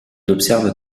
observe